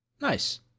nice